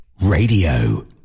Radio